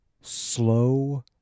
slow